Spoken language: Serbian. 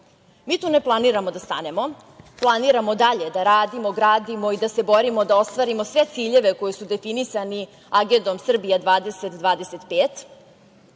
tu ne planiramo da stanemo. Planiramo dalje da gradimo, radimo i da se borimo da ostvarimo sve ciljeve koji su definisani Agendom „Srbija2025“.